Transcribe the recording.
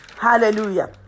Hallelujah